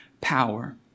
power